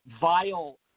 vile